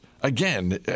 again